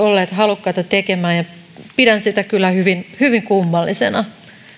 olleet halukkaita tekemään ja pidän sitä kyllä hyvin hyvin kummallisena